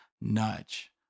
nudge